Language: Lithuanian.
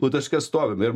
nu taške stovim ir